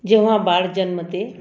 जेव्हा बाळ जन्मते